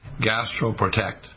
GastroProtect